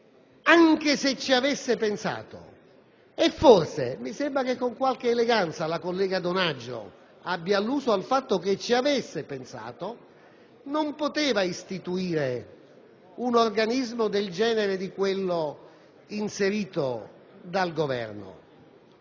anche ci avesse pensato (mi sembra che, con qualche eleganza, la collega Donaggio abbia alluso al fatto che ci aveva pensato) non avrebbe potuto istituire un organismo del genere di quello introdotto ora dal Governo.